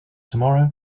tomorrow